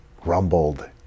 grumbled